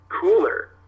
cooler